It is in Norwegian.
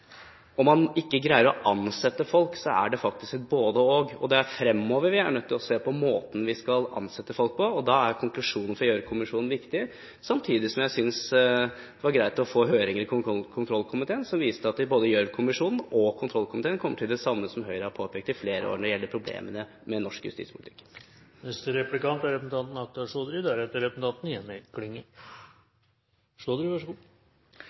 man ikke greier å ansette folk, er det faktisk et både–og. Fremover er vi er nødt til å se på måten vi skal ansette folk på. Da er konklusjonen fra Gjørv-kommisjonen viktig. Samtidig synes jeg det var greit å få høringer i kontrollkomiteen som viste at både Gjørv-kommisjonen og kontrollkomiteen kom frem til det samme som Høyre i flere år har påpekt når det gjelder problemene med norsk justispolitikk. Det er